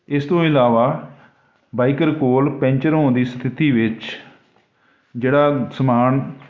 ਇਸ ਤੋਂ ਇਲਾਵਾ ਬਾਈਕਰ ਕੋਲ ਪੈਂਚਰ ਹੋਣ ਦੀ ਸਥਿਤੀ ਵਿੱਚ ਜਿਹੜਾ ਸਮਾਨ